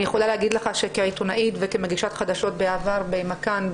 אני יכולה להגיד לך שכעיתונאית וכמגישת חדשות בעבר ב"מכאן",